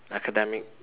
academic